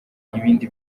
ibindi